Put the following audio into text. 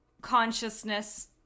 consciousness